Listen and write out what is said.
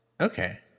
Okay